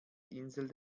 insel